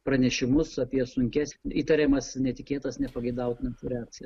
pranešimus apie sunkias įtariamas netikėtas nepageidautinas reakcijas